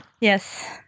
Yes